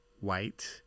White